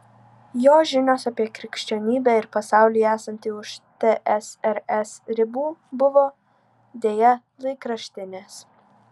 jo žinios apie krikščionybę ir pasaulį esantį už tsrs ribų buvo deja laikraštinės